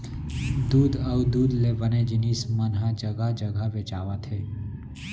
दूद अउ दूद ले बने जिनिस मन ह जघा जघा बेचावत हे